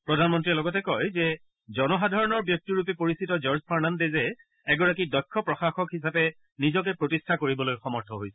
প্ৰধানমন্ৰীয়ে লগতে কয় যে জনসাধাৰণৰ ব্যক্তিৰূপে পৰিচিত জৰ্জ ফাৰ্ণণ্ডেজে এগৰাকী দক্ষ প্ৰশাসক হিচাপে নিজকে প্ৰতিষ্ঠা কৰিবলৈ সক্ষম হৈছিল